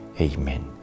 Amen